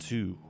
Two